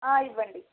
ఇవ్వండి